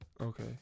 Okay